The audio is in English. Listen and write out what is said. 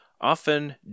...often